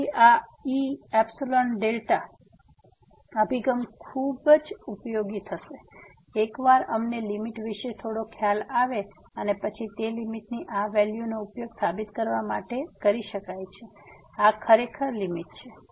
તેથી આ eϵδ અભિગમ ખૂબ ઉપયોગી થશે એકવાર અમને લીમીટ વિશે થોડો ખ્યાલ આવે અને તે પછી લીમીટ ની આ વેલ્યુ નો ઉપયોગ સાબિત કરવા માટે કરી શકાય છે કે આ ખરેખર લીમીટ છે